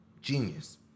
genius